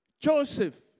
Joseph